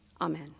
Amen